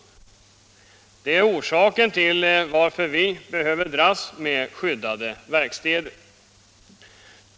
Detta är orsaken till att vi måste dras med skyddade verkstäder.